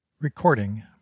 Recording